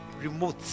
remote